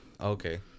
Okay